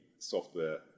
software